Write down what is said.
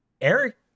Eric